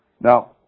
Now